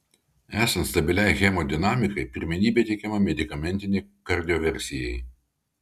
esant stabiliai hemodinamikai pirmenybė teikiama medikamentinei kardioversijai